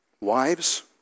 Wives